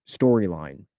storyline